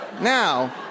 Now